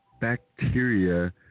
bacteria